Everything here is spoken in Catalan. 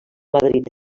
madrid